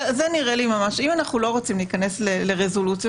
אם אנחנו לא רוצים להיכנס לרזולוציות,